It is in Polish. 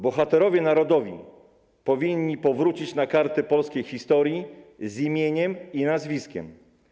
Bohaterowie narodowi powinni powrócić na karty polskiej historii z imieniem i nazwiskiem.